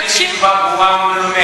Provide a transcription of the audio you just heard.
לא כתוב שחברי הכנסת הם לא המציעים.